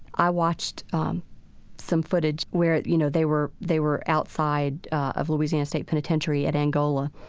i watched some footage where, you know, they were they were outside of louisiana state penitentiary at angola.